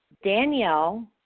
Danielle